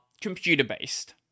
computer-based